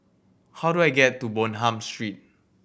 how do I get to Bonham Street